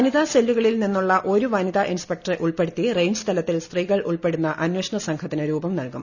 വനിതാ സെല്ലുകളിൽ നിന്നുള്ള ഒരു വനിതാ ഇൻസ്പെക്ടറെ ഉൾപ്പെടുത്തി റെയ്ഞ്ച് തലത്തിൽ സ്ത്രീകൾ ഉൾപ്പെടുന്ന അന്വേഷണസംഘത്തിന് രൂപം നൽകും